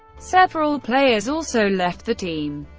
several players also left the team.